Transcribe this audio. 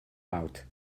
out